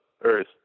earth